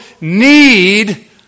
need